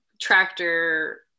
tractor